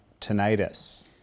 tinnitus